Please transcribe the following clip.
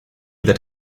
that